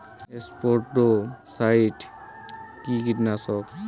স্পোডোসাইট কি কীটনাশক?